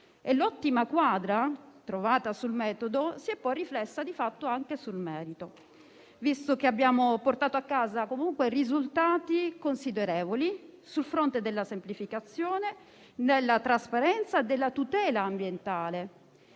L'ottima quadra trovata sul metodo si è poi riflessa anche sul merito, visto che abbiamo comunque portato a casa risultati considerevoli sul fronte della semplificazione, della trasparenza e della tutela ambientale.